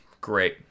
Great